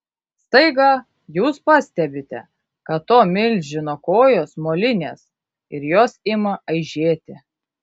staiga jūs pastebite kad to milžino kojos molinės ir jos ima aižėti